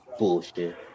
Bullshit